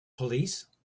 police